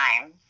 time